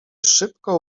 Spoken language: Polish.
szybko